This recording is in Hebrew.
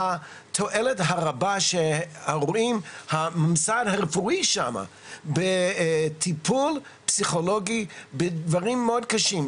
התועלת הרבה שהממסד הרפואי רואה שמה בטיפול פסיכולוגי בדברים מאוד קשים.